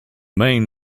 main